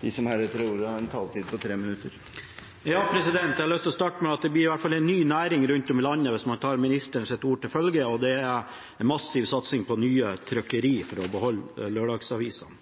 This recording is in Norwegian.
De talere som heretter får ordet, har en taletid på inntil 3 minutter. Jeg har lyst til å starte med å si at det i hvert fall blir en ny næring rundt om i landet hvis man tar samferdselsministerens ord til følge, med en massiv satsing på nye trykkerier for å beholde lørdagsavisene.